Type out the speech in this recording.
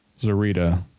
Zarita